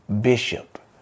bishop